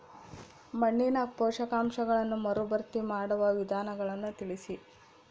ಮಣ್ಣಿನ ಪೋಷಕಾಂಶಗಳನ್ನು ಮರುಭರ್ತಿ ಮಾಡುವ ವಿಧಾನಗಳನ್ನು ತಿಳಿಸಿ?